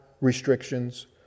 restrictions